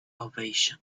ovation